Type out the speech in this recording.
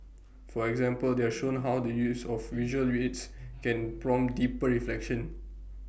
for example they are shown how the use of visual aids can prompt deeper reflection